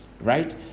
right